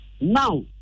now